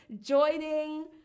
joining